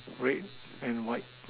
red and white